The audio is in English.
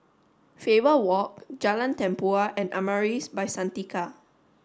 Faber Walk Jalan Tempua and Amaris By Santika